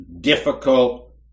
difficult